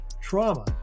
trauma